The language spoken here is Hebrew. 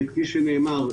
כפי שנאמר,